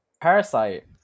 parasite